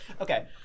Okay